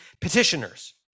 petitioners